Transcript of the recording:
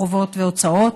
חובות והוצאות,